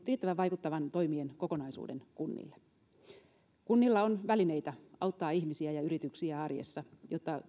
riittävän vaikuttavan toimien kokonaisuuden kunnille kunnilla on välineitä auttaa ihmisiä ja yrityksiä arjessa jotta